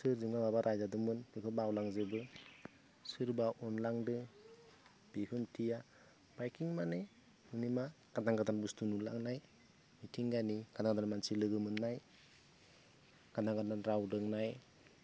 सोरजोंबा माबा रायजादोंमोन बेखौ बावलांजोबो सोरबा अनलांदों बेफोर फैया बाइकिं माने माने मा गोदान गोदान बुस्तु नुलांनाय मिथिंगानि आलादा मानसि लोगो मोननाय गोदान गोदान राव रोंनाय